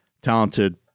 talented